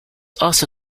also